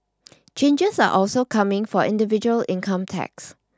changes are also coming for individual income tax